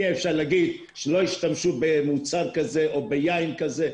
אי אפשר להגיד שלא השתמשו במוצר או ביין כזה,